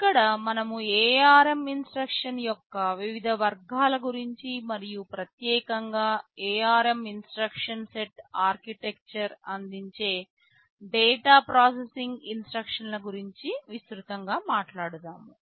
ఇక్కడ మనము ARM ఇన్స్ట్రక్షన్ల యొక్క వివిధ వర్గాల గురించి మరియు ప్రత్యేకంగా ARM ఇన్స్ట్రక్షన్ సెట్ ఆర్కిటెక్చర్ అందించే డేటా ప్రాసెసింగ్ ఇన్స్ట్రక్షన్ల గురించి విస్తృతంగా మాట్లాడుతాము